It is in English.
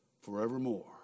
forevermore